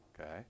Okay